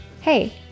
Hey